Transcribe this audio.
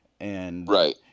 Right